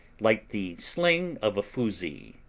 like the sling of a fuzee.